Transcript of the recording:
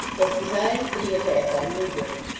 was designed for the attack on newgate.